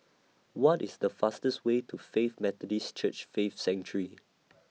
What IS The fastest Way to Faith Methodist Church Faith Sanctuary